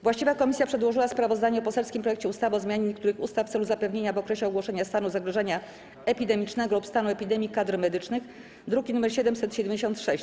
Właściwa komisja przedłożyła sprawozdanie o poselskim projekcie ustawy o zmianie niektórych ustaw w celu zapewnienia w okresie ogłoszenia stanu zagrożenia epidemicznego lub stanu epidemii kadr medycznych, druk nr 776.